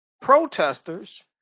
protesters